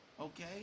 Okay